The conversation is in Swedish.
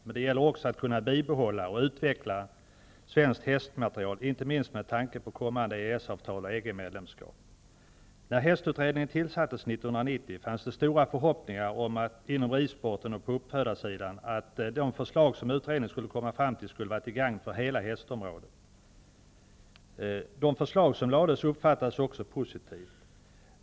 Men det gäller också att kunna bibehålla och utveckla svenskt hästmaterial, inte minst med tanke på kommande EES-avtal och EG När Hästutredningen tillsattes 1990 fanns det stora förhoppningar om inom ridsporten och på uppfödarsidan att de förslag som utredningen skulle komma fram till skulle vara till gagn för hela hästområdet. De förslag som lades fram uppfattades också positivt.